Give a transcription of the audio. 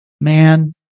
man